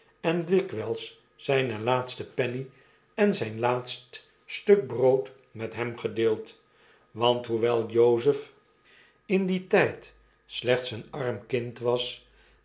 en dikwijls zynen laatsten penny en zijn laatst stuk brood met hem gedeeld want hoewel jozf in dien tyd slechts een arm kind was